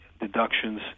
deductions